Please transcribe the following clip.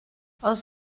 els